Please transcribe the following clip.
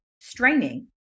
straining